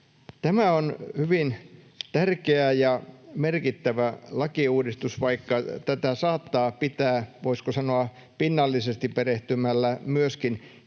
Tämä on hyvin tärkeä ja merkittävä lakiuudistus, vaikka tätä saattaa pitää, voisiko sanoa, pinnallisesti perehtymällä myöskin